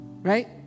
Right